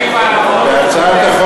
עכשיו מקשקש?